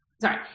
sorry